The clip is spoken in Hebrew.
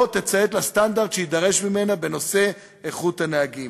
תציית לסטנדרט שיידרש ממנה בנושא איכות הנהגים.